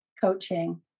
coaching